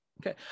okay